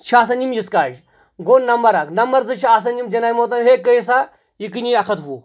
چھِ آسان یِم ییٚژٕ کٲجہِ گوٚو نَمبر اکھ نَمبر زٕ چھِ آسان یِم جِناب محترم ہے گٔے سا یہِ کِنی اَکھ ہَتھ وُہ